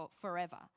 forever